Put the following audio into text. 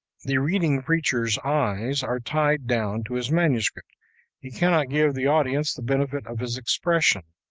the reading preacher's eyes are tied down to his manuscript he cannot give the audience the benefit of his expression.